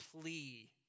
plea